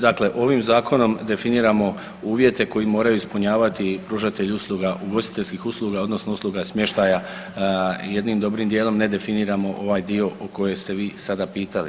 Dakle, ovim zakonom definiramo uvjete koji moraju ispunjavati pružatelji usluga, ugostiteljskih usluga odnosno usluga smještaja jednim dobrim dijelom ne definiramo ovaj dio o kojem ste vi sada pitali.